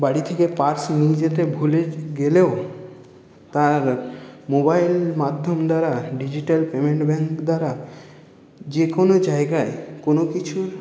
বাড়ি থেকে পার্স নিয়ে যেতে ভুলে গেলেও তার মোবাইল মাধ্যম দ্বারা ডিজিটাল পেমেন্ট ব্যাঙ্ক দ্বারা যেকোনো জায়গায় কোনো কিছু